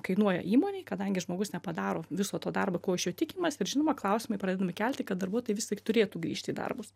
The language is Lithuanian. kainuoja įmonei kadangi žmogus nepadaro viso to darbo ko iš jo tikimasi ir žinoma klausimai pradedami kelti kad darbuotojai vis tik turėtų grįžt į darbus